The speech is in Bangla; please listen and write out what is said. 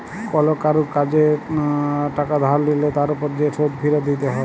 কল কারুর কাজে টাকা ধার লিলে তার উপর যে শোধ ফিরত দিতে হ্যয়